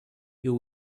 you